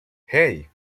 hey